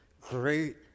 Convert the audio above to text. Great